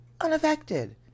unaffected